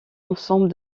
ensemble